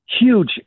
huge